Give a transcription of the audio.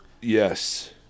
Yes